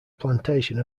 plantation